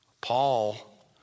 Paul